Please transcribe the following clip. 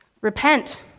Repent